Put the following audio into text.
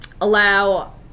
allow